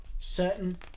Certain